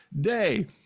day